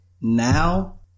now